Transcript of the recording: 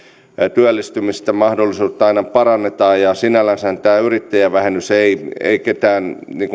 työllistymisen mahdollisuutta aina parannetaan sinällänsähän tämä yrittäjävähennys ei ei ketään